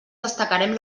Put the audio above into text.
destacarem